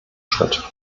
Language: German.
schritt